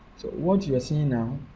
what you are seeing now,